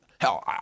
hell